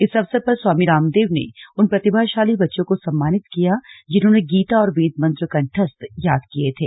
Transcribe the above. इस अवसर पर स्वामी रामदेव ने उन प्रतिभाशाली बच्चों को सम्मानित किया जिन्होंने गीता और वेद मंत्र कंठस्थ याद किए थे